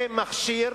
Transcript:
זה מכשיר